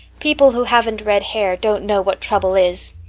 people who haven't red hair don't know what trouble is.